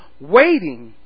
waiting